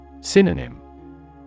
Synonym